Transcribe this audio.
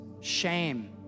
shame